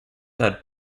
had